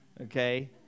okay